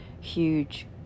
huge